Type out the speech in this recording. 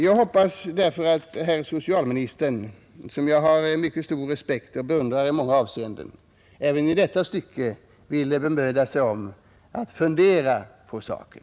Jag hoppas därför att herr socialministern, som jag har mycket stor respekt för och beundrar i många avseenden, även i detta stycke ville bemöda sig om att fundera på saken.